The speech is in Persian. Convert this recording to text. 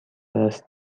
است